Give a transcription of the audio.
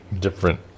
different